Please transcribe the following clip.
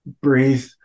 breathe